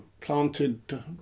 planted